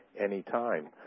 anytime